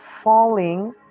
falling